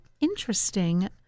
interesting